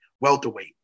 welterweight